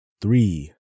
three